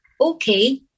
okay